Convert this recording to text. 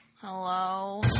Hello